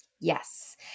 Yes